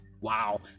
Wow